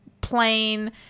plain